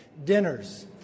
Dinners